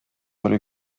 oli